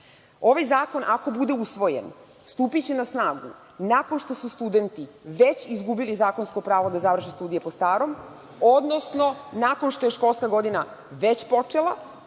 zakon ako bude usvojen stupiće na snagu nakon što su studenti već izgubili zakonsko pravo da završe studije po starom, odnosno nakon što je školska godina već počela.